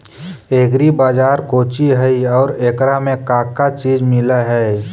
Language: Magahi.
एग्री बाजार कोची हई और एकरा में का का चीज मिलै हई?